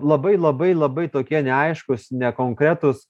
labai labai labai tokie neaiškūs nekonkretūs